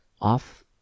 off